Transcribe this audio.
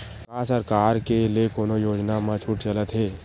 का सरकार के ले कोनो योजना म छुट चलत हे?